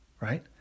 right